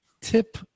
tip